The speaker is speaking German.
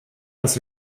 das